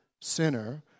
sinner